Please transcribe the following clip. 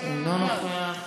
אינו נוכח,